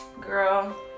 Girl